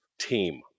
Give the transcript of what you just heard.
team